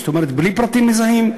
זאת אומרת בלי פרטים מזהים.